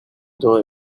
though